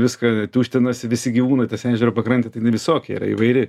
viską tuštinasi visi gyvūnai tas ežero pakrantė tai visokia yra įvairi